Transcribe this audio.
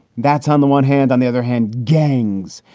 that's on the one hand. on the other hand, gangs.